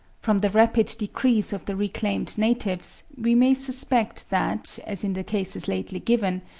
from the rapid decrease of the reclaimed natives, we may suspect that, as in the cases lately given,